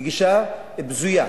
היא גישה בזויה,